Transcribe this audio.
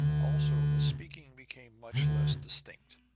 also, the speaking became much less distinct.